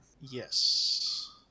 Yes